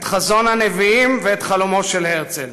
את חזון הנביאים ואת חלומו של הרצל.